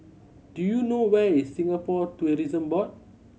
do you know where is Singapore Tourism Board